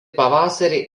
pavasarį